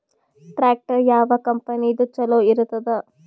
Tractor ಯಾವ ಕಂಪನಿದು ಚಲೋ ಇರತದ?